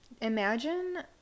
Imagine